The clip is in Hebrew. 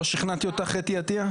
לא שכנעתי אותך, אתי עטייה?